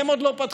הן עוד לא פתחו.